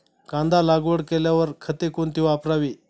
कांदा लागवड केल्यावर खते कोणती वापरावी?